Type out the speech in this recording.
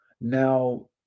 Now